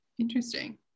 Interesting